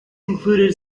included